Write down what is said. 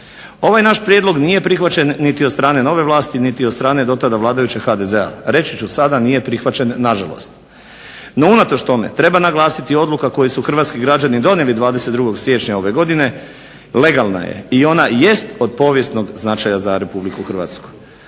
Ovaj naš prijedlog nije prihvaćen niti od strane nove vlasti niti od strane do tada vladajućeg HDZ-a. reći ću sada nije prihvaćen nažalost. No unatoč tome treba naglasiti odluka koju su hrvatski građani donijeli 22. siječnja ove godine legalna je i ona jest od povijesnog značaja za RH. Ali će ipak u hrvatskoj